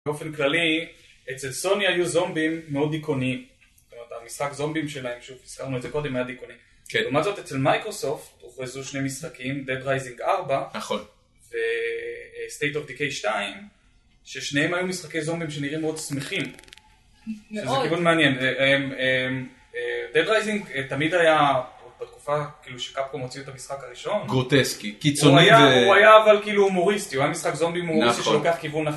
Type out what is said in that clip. באופן כללי, אצל סוני היו זומבים מאוד דיכאוניים המשחק זומבים שלהם, שוב, הזכרנו את זה קודם, היה דיכאוני לעומת זאת, אצל מייקרוסופט הוכרזו שני משחקים Dead Rising 4 וState of Decay 2 ששניהם היו משחקי זומבים שנראים מאוד שמחים שזה כיוון מעניין Dead Rising תמיד היה, בתקופה כאילו שקפקום הוציא את המשחק הראשון גרוטסקי, קיצוני הוא היה אבל כאילו הומוריסטי, הוא היה משחק זומבי הומוריסטי שלוקח כיוון אחר